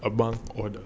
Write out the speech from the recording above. among the